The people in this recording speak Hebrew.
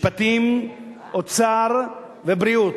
משפטים, אוצר ובריאות.